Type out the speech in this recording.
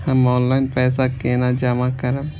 हम ऑनलाइन पैसा केना जमा करब?